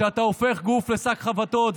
כשאתה הופך גוף לשק חבטות,